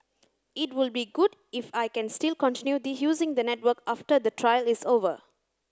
it would be good if I can still continue using the network after the trial is over